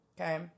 okay